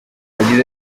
yagize